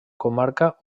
comarca